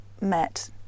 met